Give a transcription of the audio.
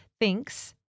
thinks